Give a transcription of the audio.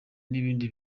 n’ibindi